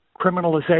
criminalization